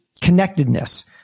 connectedness